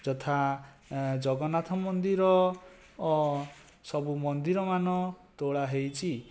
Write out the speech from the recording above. ଯଥା ଜଗନ୍ନାଥ ମନ୍ଦିର ସବୁ ମନ୍ଦିରମାନ ତୋଳା ହୋଇଛି